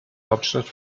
hauptstadt